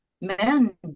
men